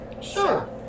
Sure